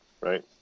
right